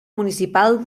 municipal